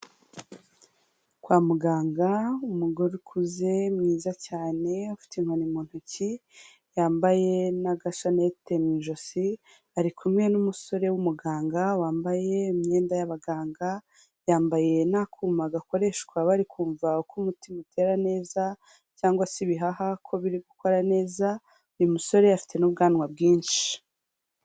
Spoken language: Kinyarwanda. Kwa muganga umugore ukuze, mwiza cyane afite inkoni mu ntoki yambaye n'agashanete mu ijosi ari kumwe n'umusore w'umuganga wambaye imyenda y'abaganga yambaye n'akuma gakoreshwa bari kumva uko umutima utera neza cyangwa se ibihaha ko biri gukora neza, uyu musore afite n'ubwanwa bwinshi.